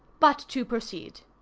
but to proceed.